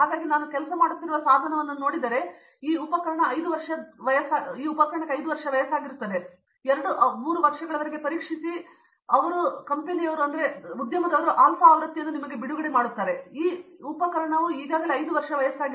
ಹಾಗಾಗಿ ನಾನು ಕೆಲಸ ಮಾಡುತ್ತಿರುವ ಸಾಧನವನ್ನು ನಾನು ಪಡೆದರೆ ಈ ಉಪಕರಣವು 5 ವರ್ಷ ವಯಸ್ಸಾಗಿರುತ್ತದೆ ಅವರು 2 3 ವರ್ಷಗಳವರೆಗೆ ಪರೀಕ್ಷಿಸಿ ನಂತರ ಆಲ್ಫಾ ಆವೃತ್ತಿಯನ್ನು ನಿಮಗೆ ಬಿಡುಗಡೆ ಮಾಡುತ್ತಾರೆ ಮತ್ತು ಆ ಉಪಕರಣವು ಈಗಾಗಲೇ 5 ವರ್ಷ ವಯಸ್ಸಾಗಿದೆ